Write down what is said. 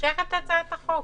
מושך את הצעת החוק.